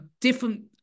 different